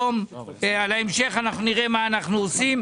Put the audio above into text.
לגבי ההמשך, אנחנו נראה מה אנחנו עושים.